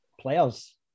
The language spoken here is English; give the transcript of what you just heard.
Players